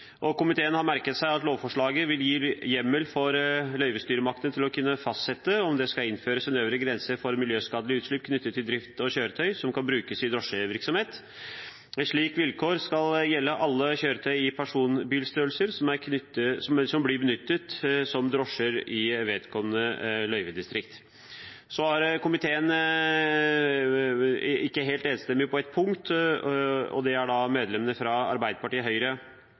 seg at lovframlegget vil gi hjemmel for løyvestyresmakten til å kunne fastsette om det skal innføres en øvre grense for miljøskadelig utslipp knyttet til drift av kjøretøy som skal brukes i drosjevirksomhet. Et slikt vilkår skal gjelde alle kjøretøy i personbilstørrelse som blir benyttet som drosje i vedkommende løyvedistrikt.» Så er komiteen ikke helt enstemmig på et punkt. Medlemmene fra Arbeiderpartiet, Høyre, Kristelig Folkeparti, Senterpartiet og